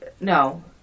No